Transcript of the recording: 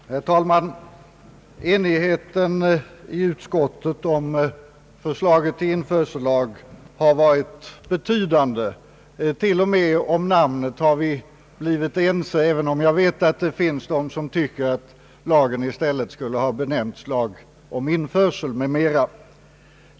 Herr talman! Enigheten i utskottet om förslaget till införsellag har varit betydande. Till och med om namnet har vi blivit ense, även om jag vet att det finns de som tycker att lagen i stället skulle ha benämnts »lag om införsel m.m.».